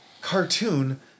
cartoon